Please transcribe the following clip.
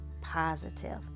positive